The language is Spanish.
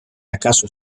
acaso